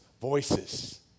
voices